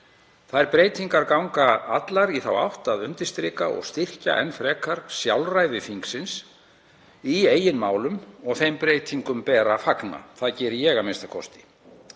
Þær breytingar ganga allar í þá átt að undirstrika og styrkja enn frekar sjálfræði þingsins í eigin málum og þeim breytingum ber að fagna, það geri ég a.m.k.